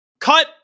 Cut